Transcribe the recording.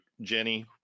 Jenny